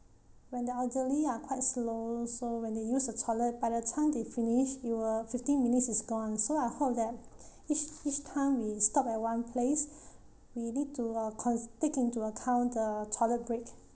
when the elderly are quite slow so when they use the toilet by the time they finish your uh fifteen minutes is gone so I hope that each each time we stopped at one place we need to uh con~ take into account the toilet break